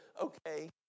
Okay